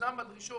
מוגזם בדרישות.